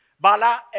Bala